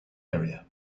area